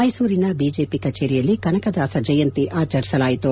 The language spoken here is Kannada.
ಮೈಸೂರಿನ ಬಿಜೆಪಿ ಕಚೇರಿಯಲ್ಲಿ ಕನಕದಾಸ ಜಯಂತಿ ಆಚರಿಸಲಾಯಿತು